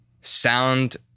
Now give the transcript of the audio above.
sound